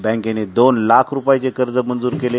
बँकेनं दोन लाख रूपयाचे कज मंजुर केले